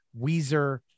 Weezer